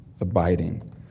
abiding